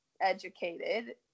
educated